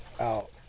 out